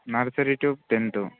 nursery two tenth